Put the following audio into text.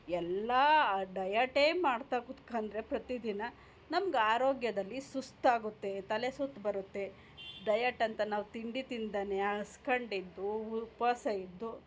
ಎಲ್ಲ ಡಯಟೆ ಮಾಡ್ತಾ ಕೂತ್ಕೊಂಡ್ರೆ ಪ್ರತಿದಿನ ನಮ್ಗೆ ಆರೋಗ್ಯದಲ್ಲಿ ಸುಸ್ತು ಆಗುತ್ತೆ ತಲೆ ಸುತ್ತು ಬರುತ್ತೆ ಡಯಟ್ ಅಂತ ನಾವು ತಿಂಡಿ ತಿಂದನೆ ಹಸ್ಕೊಂಡು ಇದ್ದು ಉಪವಾಸ ಇದ್ದು